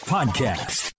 Podcast